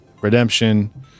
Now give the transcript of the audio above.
redemption